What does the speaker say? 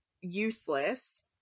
useless